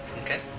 okay